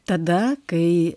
tada kai